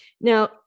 Now